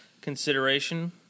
consideration